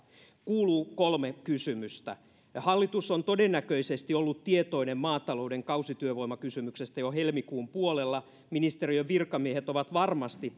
kuuluu kolme kysymystä hallitus on todennäköisesti ollut tietoinen maatalouden kausityövoimakysymyksestä jo helmikuun puolella ministeriön virkamiehet ovat varmasti